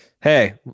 hey